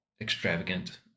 Extravagant